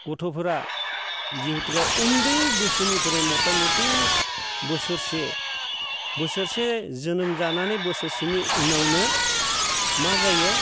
गथ'फोरा जिहेथुखे उन्दै बैसोनिफ्राय मतामति बोसोरसे बोसोरसे जोनोम जानानै बोसोरसेनि उनावनो मा जायो